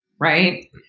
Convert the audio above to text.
right